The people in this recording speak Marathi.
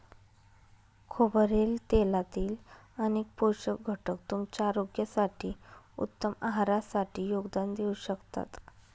खोबरेल तेलातील अनेक पोषक घटक तुमच्या आरोग्यासाठी, उत्तम आहारासाठी योगदान देऊ शकतात